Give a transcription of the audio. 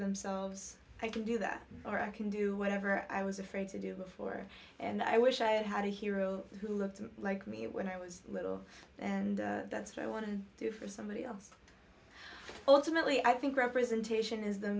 themselves i can do that or i can do whatever i was afraid to do before and i wish i had had a hero who looked like me when i was little and that's what i want to do for somebody else ultimately i think representation is the